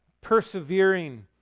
persevering